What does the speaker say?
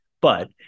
but-